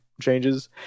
changes